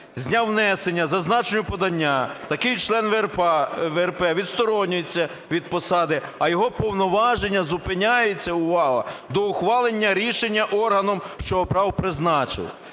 З дня внесення зазначеного подання такий член ВРП відсторонюється від посади, а його повноваження зупиняються - увага! - до ухвалення рішення органом, що обрав (призначив).